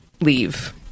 leave